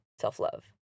self-love